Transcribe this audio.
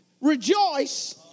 rejoice